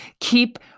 Keep